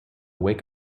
wake